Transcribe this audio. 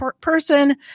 person